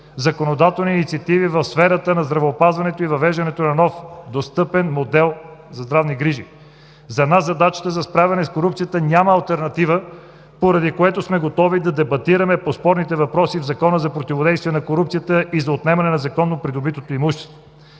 законодателни инициативи в сферата на здравеопазването и въвеждането на нов достъпен модел за здравни грижи. За нас задачата за справяне с корупцията няма алтернатива, поради което сме готови да дебатираме по спорните въпроси в Закона за противодействие на корупцията и за отнемане на незаконно придобитото имущество.